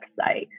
website